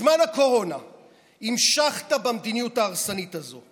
בזמן הקורונה המשכת במדיניות ההרסנית הזאת.